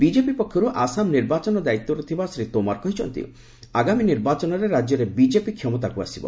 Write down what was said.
BJP ପକ୍ଷରୁ ଆସାମ ନିର୍ବାଚନ ଦାୟିତ୍ୱରେ ଥିବା ଶ୍ରୀ ତୋମାର କହିଛନ୍ତି ଆଗାମୀ ନିର୍ବାଚନରେ ରାଜ୍ୟରେ ବିକେପି କ୍ଷମତାକୁ ଆସିବ